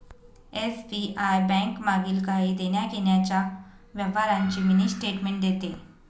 SBI bank मागील काही देण्याघेण्याच्या व्यवहारांची मिनी स्टेटमेंट देते